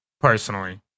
personally